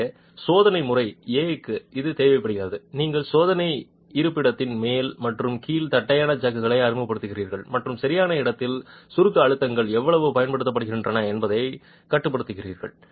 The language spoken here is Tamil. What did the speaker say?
எனவே சோதனை முறை A க்கு இது தேவைப்படுகிறது நீங்கள் சோதனை இருப்பிடத்தின் மேல் மற்றும் கீழ் தட்டையான ஜாக்குகளை அறிமுகப்படுத்துகிறீர்கள் மற்றும் சரியான இடத்தில் சுருக்க அழுத்தங்கள் எவ்வளவு பயன்படுத்தப்படுகின்றன என்பதைக் கட்டுப்படுத்துகிறீர்கள்